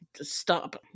stop